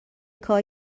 کار